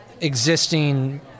existing